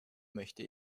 möchte